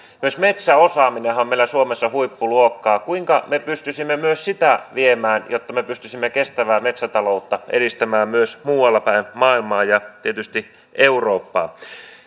myös metsäosaaminenhan on meillä suomessa huippuluokkaa kuinka me pystyisimme myös sitä viemään jotta me pystyisimme kestävää metsätaloutta edistämään myös muualla päin maailmaa ja tietysti eurooppaa